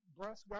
bless